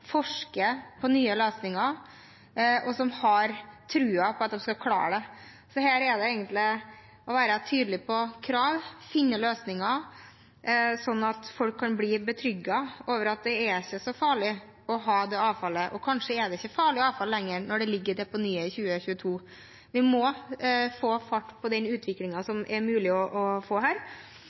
forske på nye løsninger, og som har troen på at de skal klare det. Så her er det egentlig å være tydelig på krav og finne løsninger, sånn at folk kan bli beroliget over at det ikke er så farlig å ha det avfallet, og kanskje er det heller ikke farlig avfall lenger når det ligger i deponiet i 2022. Vi må få fart på den utviklingen som er mulig å få til her.